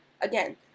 Again